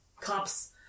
cops